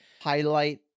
highlight